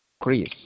Chris